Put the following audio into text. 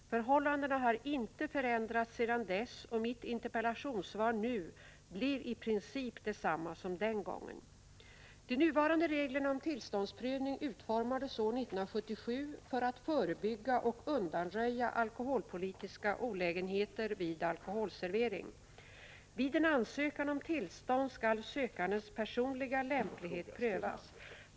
Förhållandena har inte förändrats sedan dess, och mitt interpellationssvar nu blir i princip detsamma som den gången. De nuvarande reglerna om tillståndsprövning utformades år 1977 för att förebygga och undanröja alkoholpolitiska olägenheter vid alkoholservering. Vid en ansökan om tillstånd skall sökandens personliga lämplighet prövas.